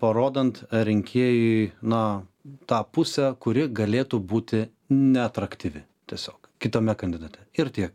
parodant rinkėjui na tą pusę kuri galėtų būti ne atraktyvi tiesiog kitame kandidate ir tiek